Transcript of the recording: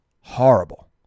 Horrible